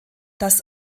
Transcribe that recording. das